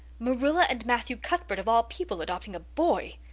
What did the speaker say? marilla and matthew cuthbert of all people adopting a boy!